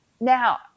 Now